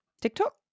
TikTok